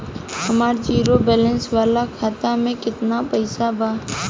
हमार zero balance वाला खाता में केतना पईसा बा?